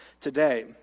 today